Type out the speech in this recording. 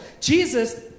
Jesus